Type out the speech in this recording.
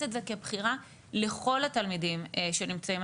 את זה כבחירה לכל התלמידים שנמצאים.